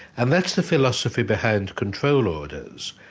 and that's the philosophy behind control orders.